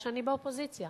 שאני באופוזיציה,